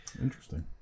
Interesting